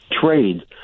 trade